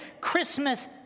Christmas